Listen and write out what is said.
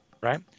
right